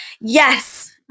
Yes